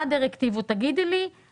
מה הדירקטיבות ואני מבקשת שתאמרי לי מה